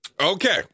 Okay